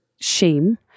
shame